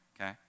okay